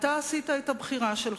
אתה עשית את הבחירה שלך.